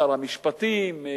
שר המשפטים,